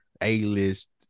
A-list